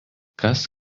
kas